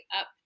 up